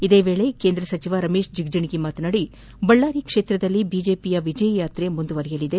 ಇದೇ ವೇಳೆ ಕೇಂದ್ರ ಸಚಿವ ರಮೇಶ್ ಜಗಜೀಗಿ ಮಾತನಾಡಿ ಬಳ್ಳಾರಿ ಕ್ಷೇತ್ರದಲ್ಲಿ ಬಿಜೆಪಿಯ ವಿಜಯ ಯಾತ್ರೆ ಮುಂದುವರಿಯಲಿದೆ